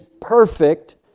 perfect